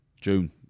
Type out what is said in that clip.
June